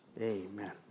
amen